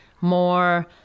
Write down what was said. more